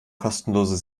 kostenlose